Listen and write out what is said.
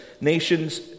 Nations